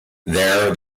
there